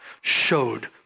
showed